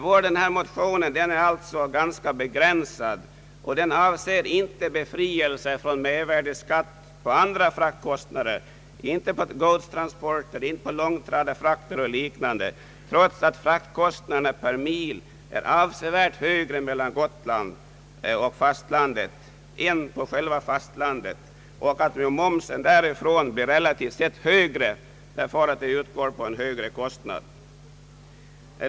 Vår motion är ganska begränsad och avser inte befrielse från mervärdeskatt på andra fraktkostnader, t.ex. godsfrakter, långtradarfrakter och liknande, trots att fraktkostnaderna per mil är avsevärt högre vid transporter mellan Gotland och fastlandet än vid transporter på själva fastlandet, vilket innebär att momsen i detta fall blir relativt sett högre eftersom skatt utgår på en högre kostnad.